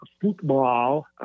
football